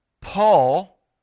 Paul